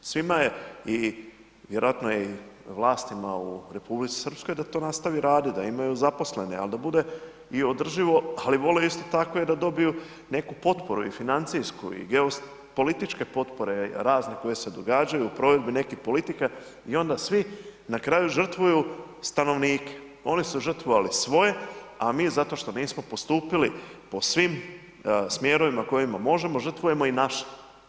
Svima je i vjerojatno je i vlastima u Republici Srpskoj da to nastavi raditi, da imaju zaposlene ali da bude i održivo ali vole isto tako i da dobiju neku potporu i financijsku i geopolitičke potpore tane koje se događaju u provedbi nekih politika i onda svi na kraju žrtvuju stanovnike, oni su žrtvovali svoje a mi zato što nismo postupili po svim smjerovima kojima možemo, žrtvujemo i naše.